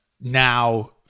now